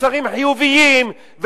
מסרים חיוביים,